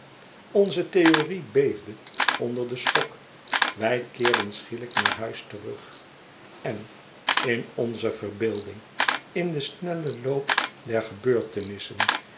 onze theorie beefde onder den schok wij i keerden schielijk naar huis terug en in onze verbeelding in den snellen loop der gebeurtet